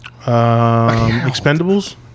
Expendables